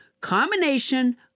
combination